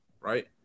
Right